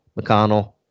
McConnell